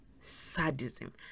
sadism